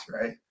right